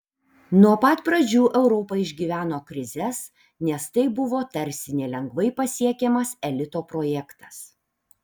nuo pat pradžių europa išgyveno krizes nes tai buvo tarsi nelengvai pasiekiamas elito projektas